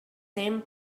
same